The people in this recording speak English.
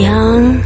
Young